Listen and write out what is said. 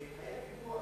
אדוני היושב-ראש,